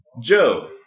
Joe